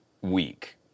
week